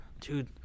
dude